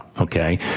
Okay